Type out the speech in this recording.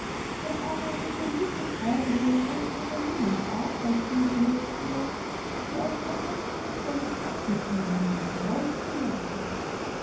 daß eine resolute freundin von carolinens art dazu gehörte sie aus der halbklösterlichen abgeschiedenheit heraus